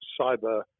cyber